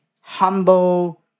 humble